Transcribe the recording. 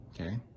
Okay